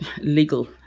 legal